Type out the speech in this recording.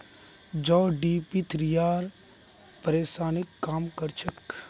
जौ डिप्थिरियार परेशानीक कम कर छेक